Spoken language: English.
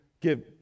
give